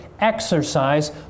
exercise